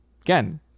again